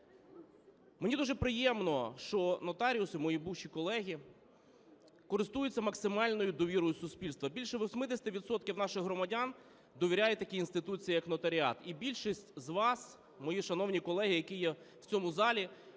Мені дуже приємно, що нотаріуси, мої бувші колеги, користуються максимальною довірою суспільства. Більше 80 відсотків наших громадян довіряють такій інституції як нотаріат. І більшість з вас, мої шановні колеги, які є в цьому залі,